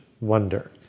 wonder